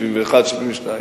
1970, 1971, 1972,